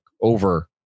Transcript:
over